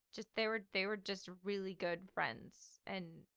just they were, they were just really good friends and,